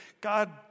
God